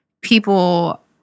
people